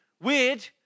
weird